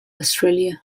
australia